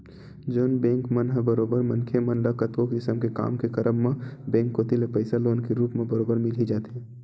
जउन बेंक मन ह बरोबर मनखे मन ल कतको किसम के काम के करब म बेंक कोती ले पइसा लोन के रुप म बरोबर मिल ही जाथे